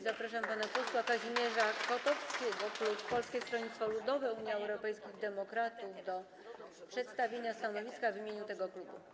Zapraszam pana posła Kazimierza Kotowskiego, klub Polskiego Stronnictwa Ludowego - Unii Europejskich Demokratów, do przedstawienia stanowiska w imieniu klubu.